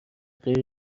غیر